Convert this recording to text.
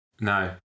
no